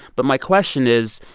but my question is,